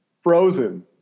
Frozen